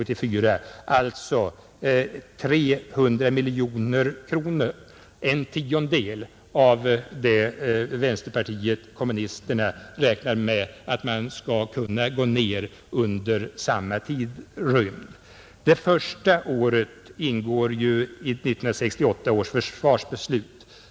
Det blir sammanlagt 300 miljoner kronor, dvs. en tiondel av det vänsterpartiet kommunisterna räknar med att försvarskostnaderna skall kunna minskas under samma tidrymd. Det första året ingår i 1968 års försvarsbeslut.